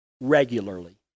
regularly